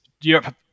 Europe